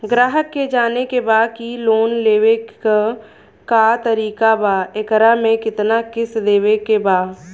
ग्राहक के जाने के बा की की लोन लेवे क का तरीका बा एकरा में कितना किस्त देवे के बा?